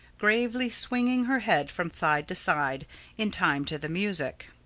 gravely swinging her head from side to side in time to the music.